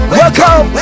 welcome